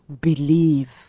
Believe